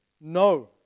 No